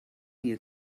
your